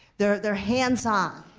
they're they're hands on.